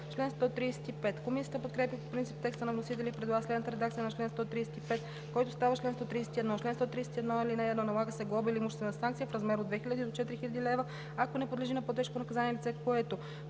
3000 лв.“ Комисията подкрепя по принцип текста на вносителя и предлага следната редакция на чл. 135, който става чл. 131: „Чл. 131. (1) Налага се глоба или имуществена санкция в размер от 2000 до 4000 лв., ако не подлежи на по-тежко наказание, на лице, което: